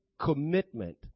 commitment